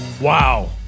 Wow